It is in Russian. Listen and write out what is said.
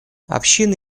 общины